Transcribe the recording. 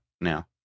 now